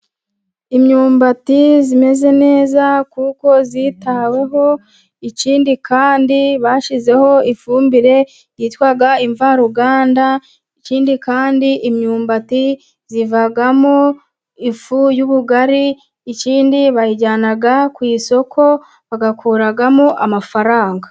Imyumbati imeze neza kuko yitaweho, ikindi kandi bashyizeho ifumbire yitwa imvaruganda, ikindi kandi imyumbati ivamo ifu y'ubugari, ikindi bayijyana ku isoko bagakuramo amafaranga.